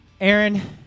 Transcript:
Aaron